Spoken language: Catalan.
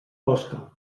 osca